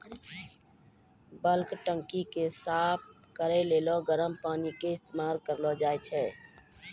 bulk टंकी के साफ करै लेली गरम पानी के इस्तेमाल करलो जाय छै